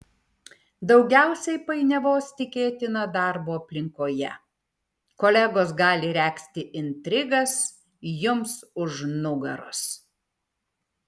daugiausiai painiavos tikėtina darbo aplinkoje kolegos gali regzti intrigas jums už nugaros